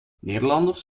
nederlanders